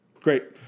Great